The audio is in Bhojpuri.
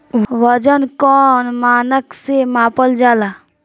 वजन कौन मानक से मापल जाला?